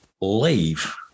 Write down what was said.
leave